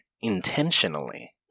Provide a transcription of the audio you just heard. intentionally